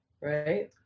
right